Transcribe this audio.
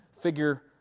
figure